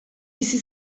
bizi